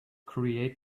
create